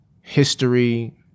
history